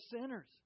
sinners